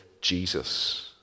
Jesus